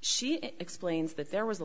she explains that there was a